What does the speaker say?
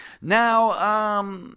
Now